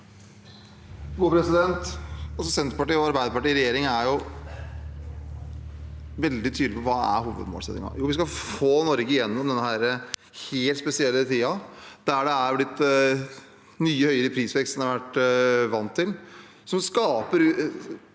Sen- terpartiet og Arbeiderpartiet i regjering er veldig tydelig på hovedmålsettingen. Vi skal få Norge gjennom denne helt spesielle tiden, der det har blitt mye høyere prisvekst enn vi har vært vant til, og som skaper